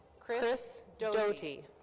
chris doty.